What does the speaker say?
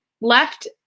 left